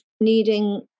needing